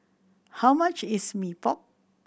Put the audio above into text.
how much is Mee Pok